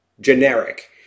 generic